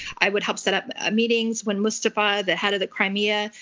i would help set up ah meetings when mustafa, the head of the crimea,